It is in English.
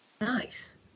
Nice